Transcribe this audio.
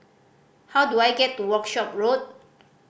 how do I get to Workshop Road